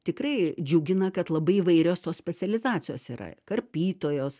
tikrai džiugina kad labai įvairios tos specializacijos yra karpytojos